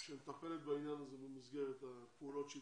שמטפלת בעניין הזה במסגרת הפעולות שהיא